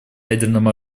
ядерным